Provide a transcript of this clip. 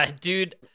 Dude